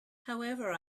however